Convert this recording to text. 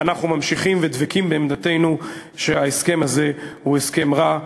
ואנחנו ממשיכים ודבקים בעמדתנו שההסכם הזה הוא הסכם רע.